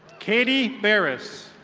katie bearis.